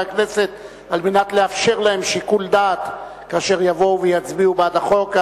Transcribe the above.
הכנסת על מנת לאפשר להם שיקול דעת כאשר יבואו ויצביעו בעד החוק.